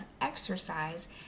exercise